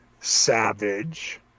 Savage